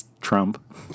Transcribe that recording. Trump